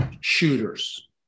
shooters